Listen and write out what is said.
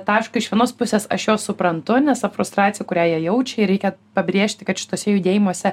taško iš vienos pusės aš juos suprantu nes ta frustracija kurią jie jaučia ir reikia pabrėžti kad šituose judėjimuose